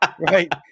right